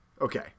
Okay